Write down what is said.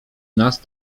nas